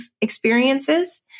experiences